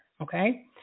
Okay